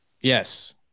Yes